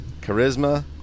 Charisma